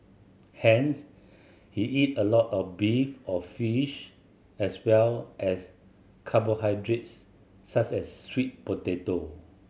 hence he eat a lot of beef or fish as well as carbohydrates such as sweet potato